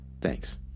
Thanks